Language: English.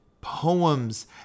poems